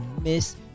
miss